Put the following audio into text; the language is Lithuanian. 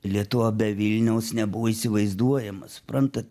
lietuva be vilniaus nebuvo įsivaizduojama suprantat